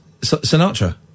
Sinatra